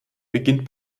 beginnt